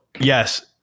yes